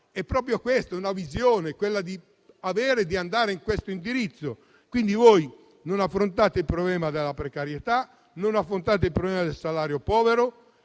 è proprio questo: una visione, andare in questo indirizzo. Voi non affrontate il problema della precarietà, non affrontate il problema del salario povero